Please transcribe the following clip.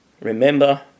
remember